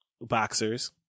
boxers